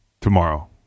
tomorrow